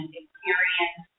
experience